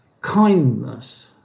kindness